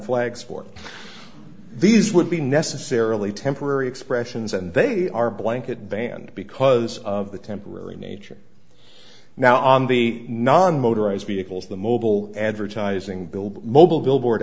flags for these would be necessarily temporary expressions and they are blanket banned because of the temporary nature now on the non motorized vehicles the mobile advertising build mobile billboard